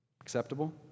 Acceptable